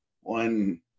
one